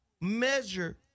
measure